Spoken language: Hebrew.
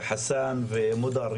חסאן ומודר,